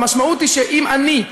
המשמעות היא שאם אני,